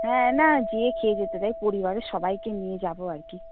হ্যাঁ না গিয়ে খেয়ে চাই পরিবারের সবাইকে নিয়ে যাব আর কি